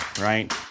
right